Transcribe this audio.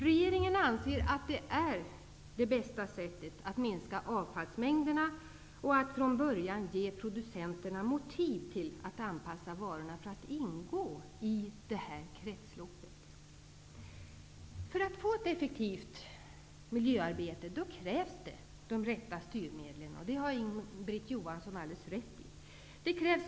Regeringen anser att det är det bästa sättet att minska avfallsmängderna och att från början ge producenterna motiv till att anpassa varorna för att ingå i ett kretslopp. För att få ett effektivt miljöarbete krävs det rätta styrmedel -- det har Inga-Britt Johansson alldeles rätt i.